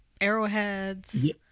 arrowheads